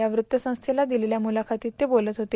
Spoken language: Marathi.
या वृत्तसंस्थेला दिलेल्या मुलाखतीत ते बोलत होते